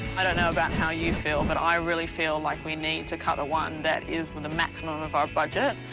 i don't know about how you feel, but i really feel like we need to cut the one that is the maximum of our budget,